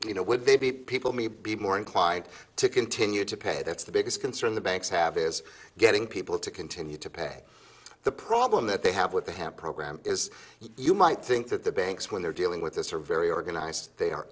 you know would they be people may be more inclined to continue to pay that's the biggest concern the banks have is getting people to continue to pay the problem that they have with the ham program is you might think that the banks when they're dealing with this are very organized they are